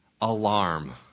alarm